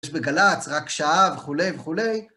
יש בגל"צ רק שעה, וכו' וכו'.